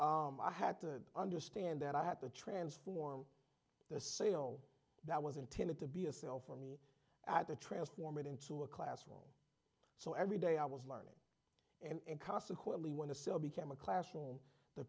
i had to understand that i had to transform the sale that was intended to be a sell for me at the transform it into a classroom so every day i was learning and consequently want to sell became a classroom the